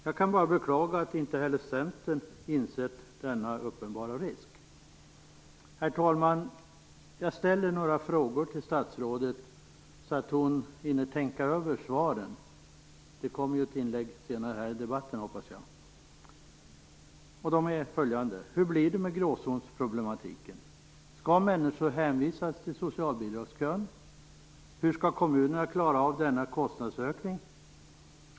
Jag kan bara beklaga att inte heller Centern insett denna uppenbara risk. Herr talman! Jag ställer några frågor till statsrådet, så att hon hinner tänka över svaren. Det kommer ett inlägg senare i debatten, hoppas jag. Frågorna är följande. Hur blir det med gråzonsproblematiken? Skall människor hänvisas till socialbidragskön? Hur skall kommunerna klara denna kostnadsökning?